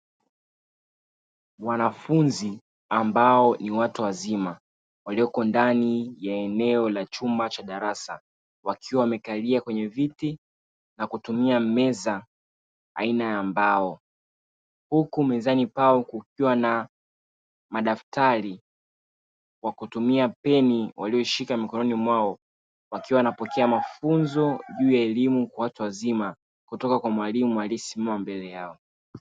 Wanafunzi ambao ni watu wazima, walioko ndani ya eneo la chumba cha darasa; wakiwa wamekalia kwenye viti na kutumia meza aina ya mbao, huku mezani pao kukiwa na madaftari kwa kutumia peni waliyoishika mikononi mwao wakiwa wanapokea mafunzo juu ya elimu ya watu wazima kutoka kwa mwalimu aliyesimama mbele yao.